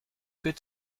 good